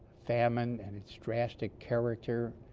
famine and its drastic character